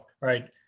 right